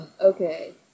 Okay